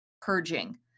purging